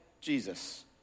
Jesus